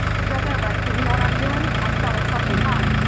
you got that right cause you know what i'm doing? i'm selling fucking time,